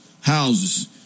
houses